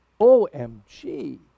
OMG